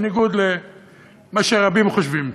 בניגוד למה שרבים חושבים,